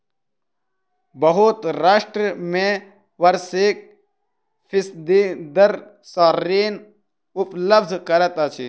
बहुत राष्ट्र में वार्षिक फीसदी दर सॅ ऋण उपलब्ध करैत अछि